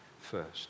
first